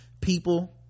people